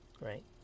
right